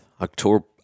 October